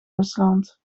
rusland